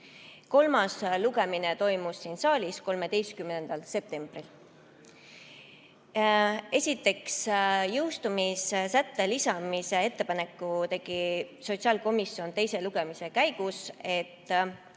Kolmas lugemine toimus siin saalis 13. septembril. Kõigepealt, jõustumissätte lisamise ettepaneku tegi sotsiaalkomisjon teise lugemise käigus, et